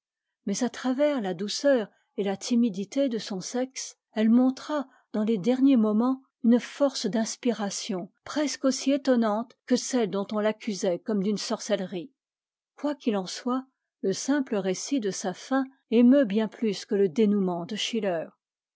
mais à travers la douceur et la timidité de son sexe elle montra dans les derniers moments une force d'inspiration presque aussi étonnante que celle dont on l'accusait comme d'une sorcellerie quoi qu'il ett soit le simple récit de sa fin émeut bien plus que le dénoûment de schiller